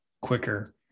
quicker